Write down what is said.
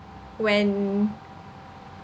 when